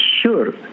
sure